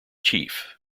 chief